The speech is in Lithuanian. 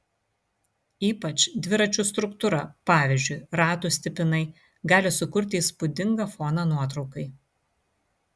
ypač dviračių struktūra pavyzdžiui ratų stipinai gali sukurti įspūdingą foną nuotraukai